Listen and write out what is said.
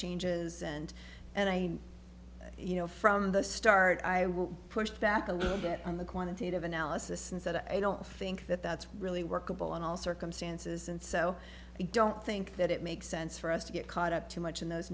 changes and and i you know from the start i will push back a little bit on the quantitative analysis and said i don't think that that's really workable in all circumstances and so i don't think that it makes sense for us to get caught up too much in those